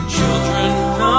Children